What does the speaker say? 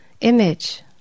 image